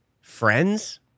Friends